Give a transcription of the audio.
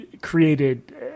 created